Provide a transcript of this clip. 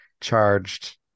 charged